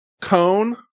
cone